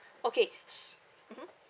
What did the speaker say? okay s~ mmhmm